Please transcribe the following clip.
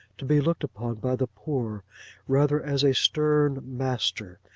to be looked upon by the poor rather as a stern master,